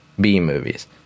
B-movies